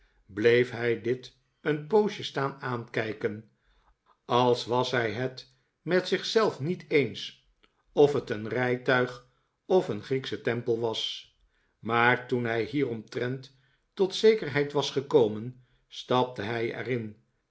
bleef hij dit een poosje staan aankijken als was hij het met zich zelf niet eens of het een rijtuig of een grieksche tempel was maar toen hij hieromtrent tot zekerheid was gekomen stapte hij er